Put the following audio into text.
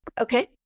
Okay